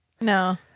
No